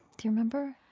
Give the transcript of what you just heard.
do you remember?